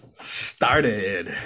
started